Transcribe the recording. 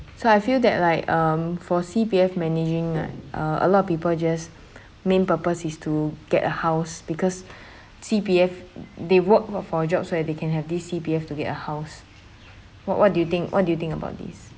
so I feel that like um for C_P_F managing like uh a lot of people just main purpose is to get a house because C_P_F they worked for for jobs so that they can have this C_P_F to get a house what what do you think what do you think about this